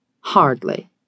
Hardly